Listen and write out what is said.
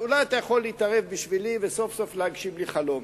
ואולי אתה יכול להתערב בשבילי וסוף-סוף להגשים לי חלום.